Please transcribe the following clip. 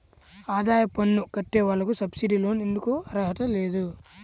ఆదాయ పన్ను కట్టే వాళ్లకు సబ్సిడీ లోన్ ఎందుకు అర్హత లేదు?